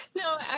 No